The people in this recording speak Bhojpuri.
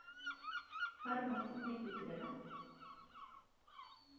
हर मउसम मे टीक जाला